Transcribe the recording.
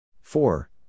Four